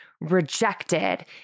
rejected